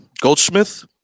Goldsmith